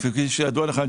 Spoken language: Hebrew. כפי שידוע לך,